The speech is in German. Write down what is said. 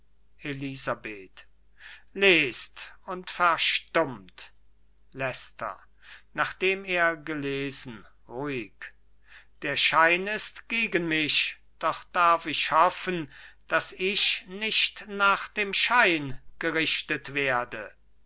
elisabeth lest und verstummt leicester nachdem er gelesen hat ruhig der schein ist gegen mich doch darf ich hoffen daß ich nicht nach dem schein gerichtet werde